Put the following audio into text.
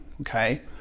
Okay